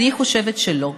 אני חושבת שלא.